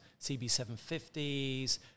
cb750s